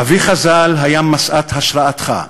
אביך ז"ל היה משאת השראתך.